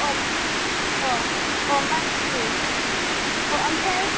आह आह अह मन्थलि अह आमफ्राय